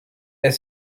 est